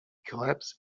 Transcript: collapse